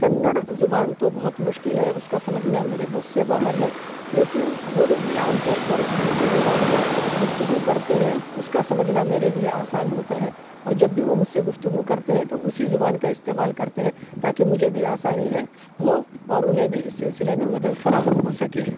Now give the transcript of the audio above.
کنڑ زبان تو بہت مشکل ہے اس کا سمجھنا میرے بس سے باہر ہے لیکن وہ لوگ بھی عام طور پر ہندی زبان میں گفتگو کرتے ہیں اس کا سمجھنا میرے لیے آسان ہوتا ہے اور جب بھی وہ مجھ سے گفتگو کرتے ہیں تو اسی زبان کا استعمال کرتے ہیں تاکہ مجھے بھی آسانی ہے ہو وہ اور انہیں بھی اس سلسلے میں مدد فراہم ہو سکے